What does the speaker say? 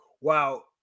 Wow